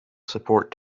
support